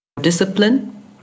discipline